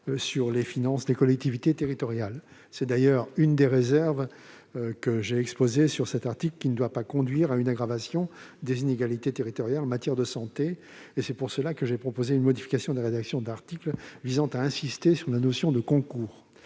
sur les finances des collectivités territoriales. C'est d'ailleurs l'une des réserves que j'ai exposées sur cet article, qui ne doit pas conduire à une aggravation des inégalités territoriales en matière de santé. C'est pour cela que j'ai proposé une modification de la rédaction de l'article visant à insister sur la notion de « concours